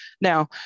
now